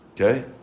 okay